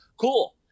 cool